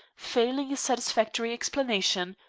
failing a satisfactory explanation,